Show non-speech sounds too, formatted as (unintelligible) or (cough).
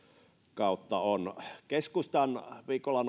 kautta on ollut keskusta viikolla (unintelligible)